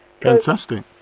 Fantastic